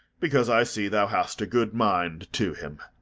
because i see thou hast a good mind to him.